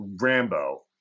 Rambo